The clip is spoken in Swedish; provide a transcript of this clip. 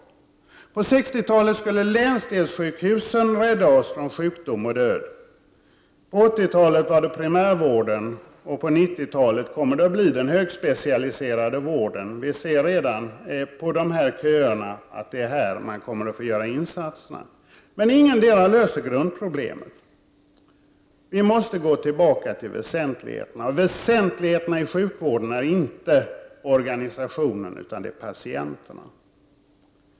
På 1960-talet skulle länsdelssjukhusen rädda oss från sjukdom och död. På 1980-talet var det primärvården och på 1990-talet kommer det att bli den högspecialiserade vården. Vi ser redan på köerna att det är här man kommer att få göra insatserna. Men ingendera löser grundproblemet. Vi måste gå tillbaka till väsentligheterna. Väsentligheterna i sjukvården är inte organisationer utan det är patienterna.